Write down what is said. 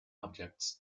objects